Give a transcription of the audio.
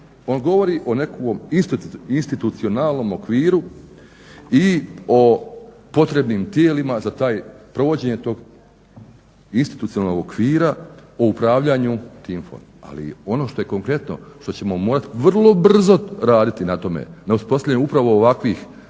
on govori o nekakvom institucionalnom okviru i o potrebnim tijelima za provođenje tog institucionalnog okvira o upravljaju tim fondom. Ali ono što je konkretno, što ćemo morat vrlo brzo raditi na tome, na uspostavljanju upravo ovakvih,